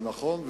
זה נכון,